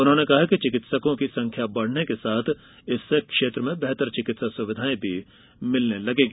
उन्होंने कहा कि चिकित्सकों की संख्या बढ़ने के साथ इससे क्षेत्र में बेहतर चिकित्सा सुविधाएं भी मिलने लगेंगी